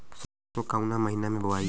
सरसो काउना महीना मे बोआई?